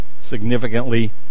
significantly